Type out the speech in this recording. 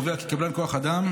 החוק קובע כי קבלן כוח אדם,